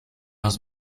los